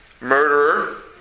murderer